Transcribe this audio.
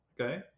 okay